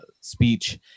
speech